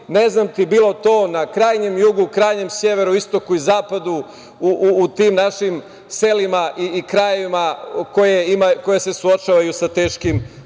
školi, bilo to na krajnjem jugu, severu, istoku, zapadu u tim našim selima i krajevima koji se suočavaju sa teškim